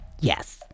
Yes